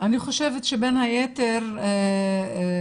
אני חושבת שבין היתר זה